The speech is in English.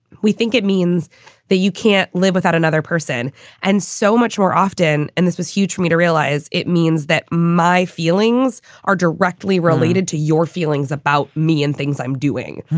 we think it means that you can't live without another person and so much more often. and this was huge for me to realize. it means that my feelings are directly related to your feelings about me and things i'm doing.